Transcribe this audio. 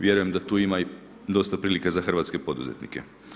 Vjerujem da tu ima i dosta prilike za hrvatske poduzetnike.